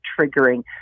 triggering